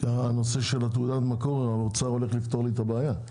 בנושא של תעודת מקור האוצר הולך לפתור לי את הבעיה.